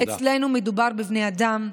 אצלנו מדובר בבני אדם,